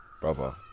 brother